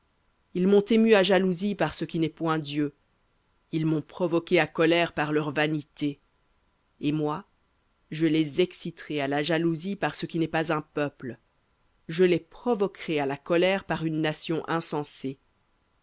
ils m'ont ému à jalousie par ce qui n'est point dieu ils m'ont provoqué à colère par leurs vanités et moi je les exciterai à la jalousie par ce qui n'est pas un peuple je les provoquerai à la colère par une nation insensée